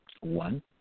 One